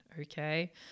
Okay